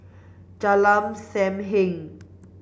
Jalan Sam Heng